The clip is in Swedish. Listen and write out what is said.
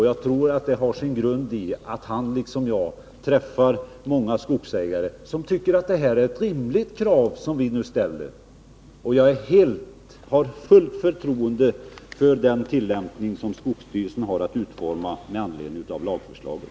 Jag tror att det har sin grund i att han, liksom jag, träffar många skogsägare som tycker att det är ett rimligt krav som vi nu ställer. Jag har fullt förtroende för den tillämpning som skogsstyrelsen kommer att utforma med anledning av lagförslaget.